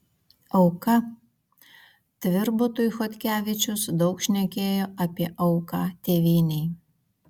auka tvirbutui chodkevičius daug šnekėjo apie auką tėvynei